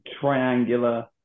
triangular